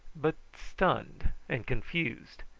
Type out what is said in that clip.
but stunned and confused,